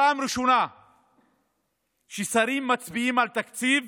פעם ראשונה ששרים מצביעים על תקציב